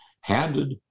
handed